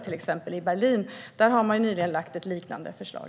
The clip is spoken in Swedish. I Berlin har man nyligen lagt fram ett liknande förslag.